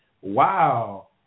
Wow